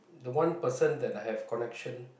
the one person that I have connection